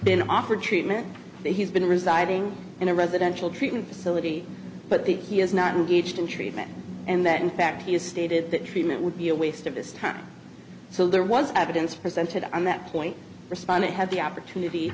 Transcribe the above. been offered treatment that he's been residing in a residential treatment facility but the he has not engaged in treatment and that in fact he has stated that treatment would be a waste of his time so there was evidence presented on that point respondent had the opportunity